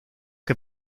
que